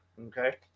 okay